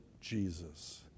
Jesus